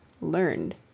Learned